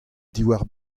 diwar